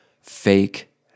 fake